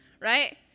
right